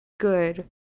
good